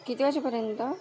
किती वाजेपर्यंत